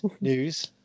news